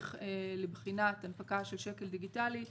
תהליך לבחינת הנפקה של שקל דיגיטלי,